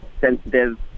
sensitive